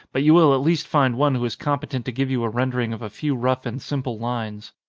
but you will at least find one who is competent to give you a rendering of a few rough and simple lines.